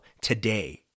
today